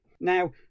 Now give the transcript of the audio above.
Now